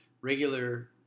regular